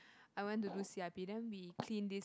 I went to do c_i_p then we clean this